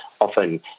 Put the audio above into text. often